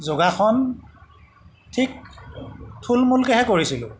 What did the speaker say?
যোগাসন ঠিক থূলমূলকেহে কৰিছিলোঁ